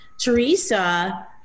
Teresa